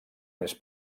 més